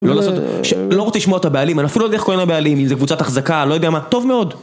לא לעשות... לא רוצה לשמוע את הבעלים, אני אפילו לא יודע איך קוראים לבעלים, אם זה קבוצת החזקה, לא יודע מה, טוב מאוד.